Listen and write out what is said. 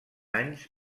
anys